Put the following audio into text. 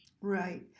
Right